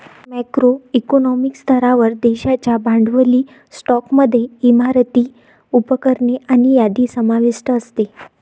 macro economic स्तरावर, देशाच्या भांडवली स्टॉकमध्ये इमारती, उपकरणे आणि यादी समाविष्ट असते